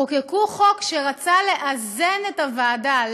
חוקקו חוק שרצה לאזן את הוועדה.